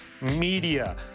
Media